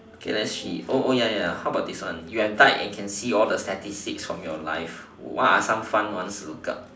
okay let's see ya ya how about this one you have died and can see all the statistics from your life what are some fun ones to look up